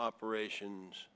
operations